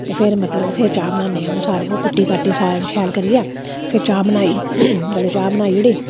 ते फिर मतलब फिर चाह् बनाने आं उ'नें सारें ओह् कुट्टी कट्टी सारें ओह् शैल करियै फिर चाह् बनाई जेल्लै चाह् बनाई ओड़ी